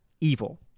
evil